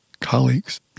colleagues